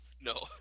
No